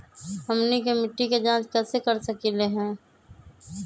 हमनी के मिट्टी के जाँच कैसे कर सकीले है?